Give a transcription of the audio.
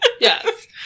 Yes